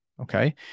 okay